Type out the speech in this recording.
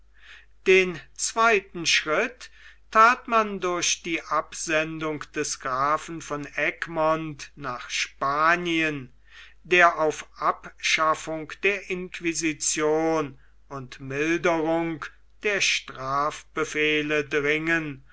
den zweiten schritt that man durch die absendung des grafen von egmont nach spanien der auf abschaffung der inquisition und milderung der strafbefehle dringen